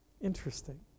Interesting